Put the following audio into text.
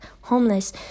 homeless